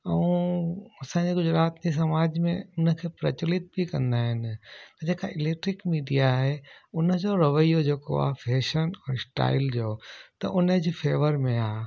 ऐं असांजे गुजराती समाज में उन खे प्रचलित बि कंदा आइन जेका इलैक्ट्रिक मीडिया आहे उन जो रवइयो जेको आहे फैशन ऐं स्टाइल जो त उन जे फेवर में आहे